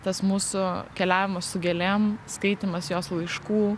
tas mūsų keliavimas su gėlėm skaitymas jos laiškų